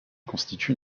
constitue